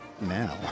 now